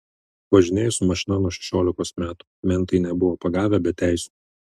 važinėju su mašina nuo šešiolikos metų mentai nebuvo pagavę be teisių